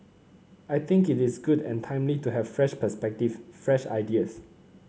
I think it is good and timely to have a fresh perspective fresh ideas